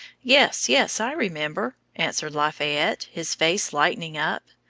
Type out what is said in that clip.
yes, yes, i remember! answered lafayette, his face lightening up.